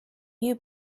you